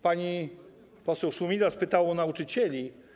Pani poseł Szumilas pytała o nauczycieli.